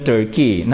Turkey